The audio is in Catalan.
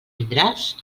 vindràs